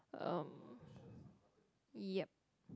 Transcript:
um yup